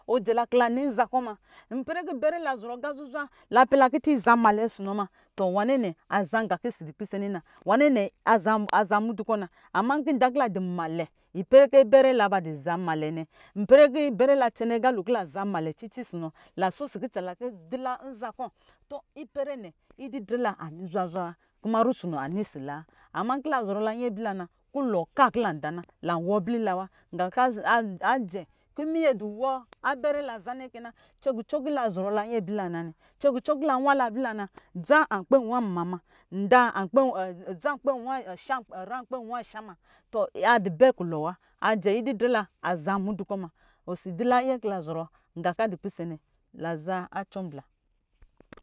Ɔ jɛla ko lanɔ anza kɔ ma bɛrɛ la azɔrɔ aqa zuzwa la pɛla kutun kɔ lanza nma lɛ ɔsɔ ma tɔ wananɛ aza nqa kɔ osi adu pisɛ nɛ na wanɛnɛ aza aza mudu kɔ na ama nkɔ da dumalɛ ipɛrɛ kɔ bɛrɛ la ba duza nmale ne ipɛrɛ kɔ bɛrɛ la acanɛ aqa ko kɔ lazanmalɛ cici ɔsɔ nɔ la sho si kutsa le kɔ dila nzakɔ to ipɛrɛ nɛ ididrɛ la anɔ zwazwa wa kuma pusono anɔ ɔsɔ la wa ama nkɔ lazɔrɔ la nayin abila na kulɔ ka kɔ ca da na lan wɔ ablila wa nqa kɔ a- a- ajɛ kɔ miye ba du wɔ abɛrɛ la nza nɛ kɛ na cɛn kutun kɔ la zɔrɔ la nyi ablila nanɛ cɛ kucɔ ku lazɔrɔ la nyi ablila nanɛ cɛkucɔ kɔ la wa la ablila na dza akpɛ wa mma me ayra akpɛ wa sha ma azaa mudu kɔ na osi dɔ la ayɛ kɔ lɔzɔɔ nqa kɔ a dɔ pisɛ nɛ daza adza cɔmbla